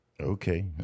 Okay